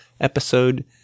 episode